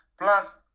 plus